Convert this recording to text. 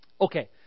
Okay